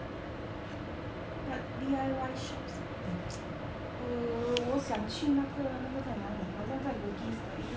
but D_I_Y shops err 我想去那个那个在哪里好像在 bugis 的一个